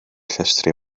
llestri